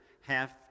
half